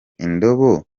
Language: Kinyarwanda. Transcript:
indobo